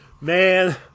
Man